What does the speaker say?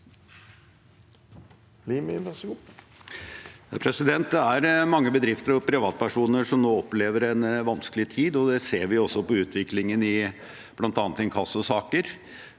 Det er mange bedrifter og privatpersoner som nå opplever en vans kelig tid. Det ser vi også på utviklingen i bl.a. inkassosaker